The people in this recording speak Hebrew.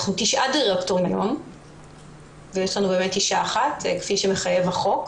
אנחנו תשעה דירקטורים ויש לנו באמת אישה אחת כפי שמחייב החוק.